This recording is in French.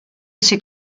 ses